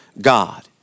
God